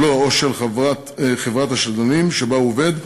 שלו או של חברת השדלנים שבה הוא עובד,